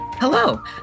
Hello